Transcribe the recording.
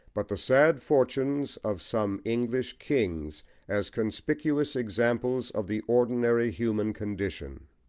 but the sad fortunes of some english kings as conspicuous examples of the ordinary human condition.